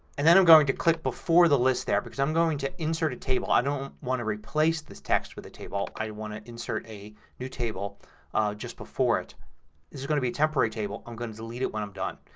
and then i'm going to click before the list there because i'm going to insert a table. i don't want to replace this text with a table. i kind of want to insert a new table just before it. this is going to be a temporary table. i'm going to delete it when i'm done.